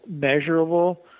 measurable